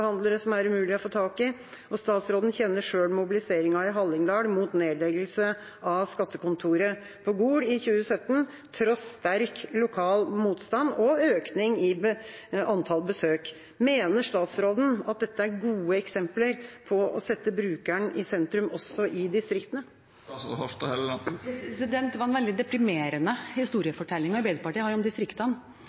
er umulig å få tak i. Statsråden kjenner selv mobiliseringen i Hallingdal mot nedleggelse av skattekontoret på Gol i 2017 tross sterk lokal motstand og økning i antall besøk. Mener statsråden at dette er gode eksempler på å sette brukeren i sentrum også i distriktene? Det er en veldig deprimerende historiefortelling Arbeiderpartiet har om distriktene.